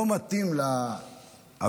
לא מתאים לאוויר,